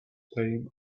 time